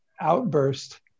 outburst